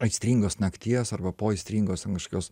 aistringos nakties arba po aistringos ten kažkokios